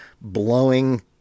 blowing